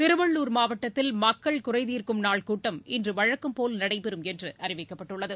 திருவள்ளுர் மாவட்டத்தில் மக்கள் குறை தீர்க்கும் நாள் இன்று வழக்கம் போல் நடைபெறும் என்று அறிவிக்கப்பட்டுள்ளது